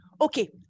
Okay